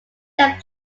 that